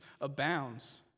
abounds